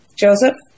Joseph